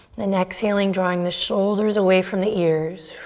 and exhaling, drawing the shoulders away from the ears.